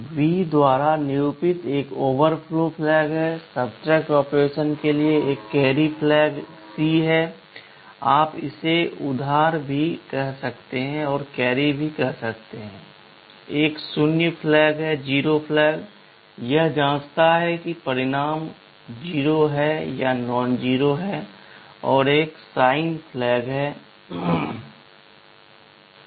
V द्वारा निरूपित एक ओवरफ्लो फ्लैग है सब्ट्रैक्ट ऑपरेशन के लिए एक कैरी फ्लैग C है आप इसे उधार भी कहते हैं एक शून्य फ्लैग Z है यह जांचता है कि परिणाम शून्य है या नॉनजरो और साइन फ्लैग N